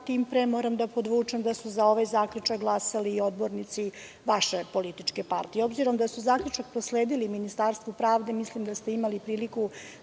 tim pre moram da podvučem da su za ovaj zaključak glasali i odbornici vaše političke partije.S obzirom da su zaključak prosledili Ministarstvu pravde, mislim da ste imali priliku